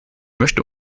möchte